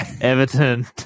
Everton